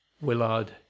Willard